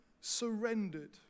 surrendered